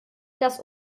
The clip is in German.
das